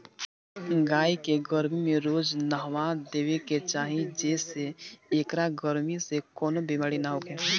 गाई के गरमी में रोज नहावा देवे के चाही जेसे एकरा गरमी से कवनो बेमारी ना होखे